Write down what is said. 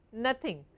nothing,